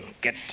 get